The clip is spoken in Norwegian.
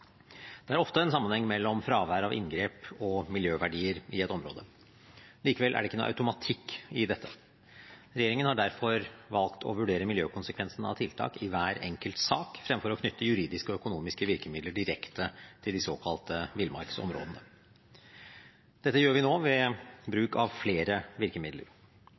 Det er ofte en sammenheng mellom fravær av inngrep og miljøverdier i et område. Likevel er det ikke noen automatikk i dette. Regjeringen har derfor valgt å vurdere miljøkonsekvensene av tiltak i hver enkelt sak fremfor å knytte juridiske og økonomiske virkemidler direkte til de såkalte villmarksområdene. Dette gjør vi nå ved bruk av flere virkemidler.